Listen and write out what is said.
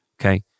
Okay